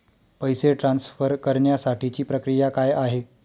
पैसे ट्रान्सफर करण्यासाठीची प्रक्रिया काय आहे?